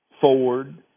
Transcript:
Ford